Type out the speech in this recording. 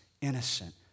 innocent